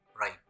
right